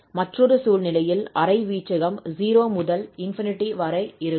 மற்றொரு சூழ்நிலையில் அரை வீச்சகம் 0 முதல் ∞ வரை இருக்கும்